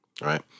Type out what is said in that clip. right